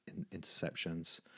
interceptions